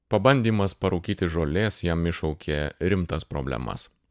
pabandymas parūkyti žolės jam iššaukė rimtas problemas